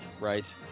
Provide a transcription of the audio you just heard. Right